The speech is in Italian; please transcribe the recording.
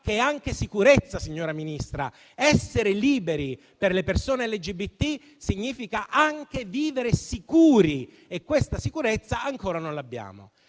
che è anche sicurezza, signora Ministra. Essere liberi per le persone LGBT significa anche vivere sicuri, e questa sicurezza ancora non l'abbiamo.